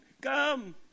Come